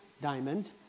diamond